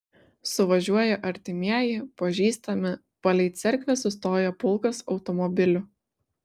suvažiuoja artimieji pažįstami palei cerkvę sustoja pulkas automobilių